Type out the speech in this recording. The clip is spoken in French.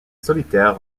solitaire